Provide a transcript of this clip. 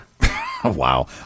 Wow